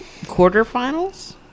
quarterfinals